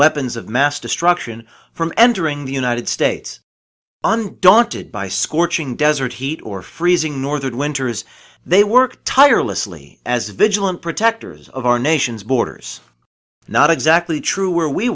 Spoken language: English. weapons of mass destruction from entering the united states undaunted by scorching desert heat or freezing northern winter as they worked tirelessly as vigilant protectors of our nation's borders not exactly true where we